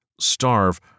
starve